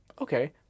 Okay